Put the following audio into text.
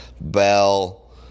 Bell